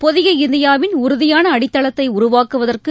புதிய இந்தியாவின் உறுதியான அடித்தளத்தை உருவாக்குவதற்கு